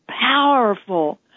powerful